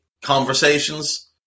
conversations